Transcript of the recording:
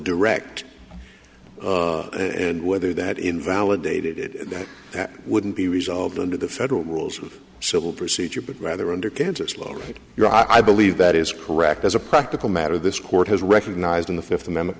direct and whether that invalidated that that wouldn't be resolved under the federal rules of civil procedure but rather under kansas lower your i believe that is correct as a practical matter this court has recognized in the fifth amendment